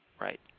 Right